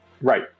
Right